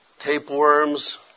tapeworms